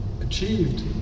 achieved